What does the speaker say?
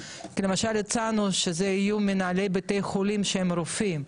כי למשל הצענו שזה יהיה מנהלי בתי חולים שהם רופאים,